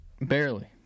barely